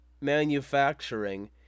manufacturing